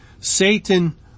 Satan